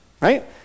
right